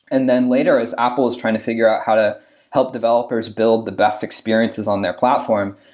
and then, later as apple is trying to figure out how to help developers build the best experiences on their platform,